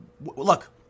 look